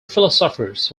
philosophers